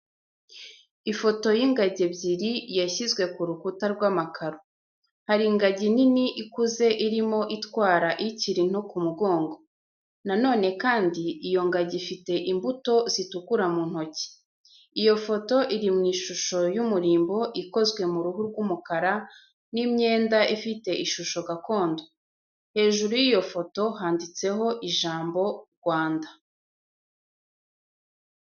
Ifoto y'ingagi ebyiri yashyizwe ku rukuta rw'amakaro. Hari ingagi nini ikuze irimo itwara ikiri nto ku mugongo. Na none kandi, iyo ngagi ifite imbuto zitukura mu ntoki. Iyo foto iri mu ishusho y'umurimbo ikozwe mu ruhu rw'umukara n'imyenda ifite ishusho gakondo. Hejuru y'iyo foto handitseho ijambo "Rwanda".